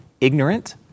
ignorant